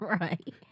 right